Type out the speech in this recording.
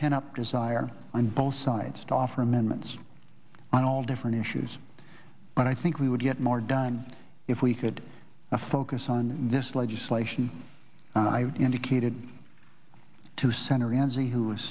pent up desire on both sides to offer amendments on all different issues and i think we would get more done if we could focus on this legislation and i indicated to center and see who